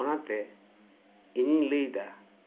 ᱚᱱᱟᱛᱮ ᱤᱧᱤᱧ ᱞᱟᱹᱭ ᱮᱫᱟ